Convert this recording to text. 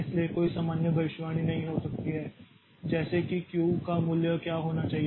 इसलिए कोई सामान्य भविष्यवाणी नहीं हो सकती है जैसे कि q का मूल्य क्या होना चाहिए